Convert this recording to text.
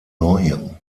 neuem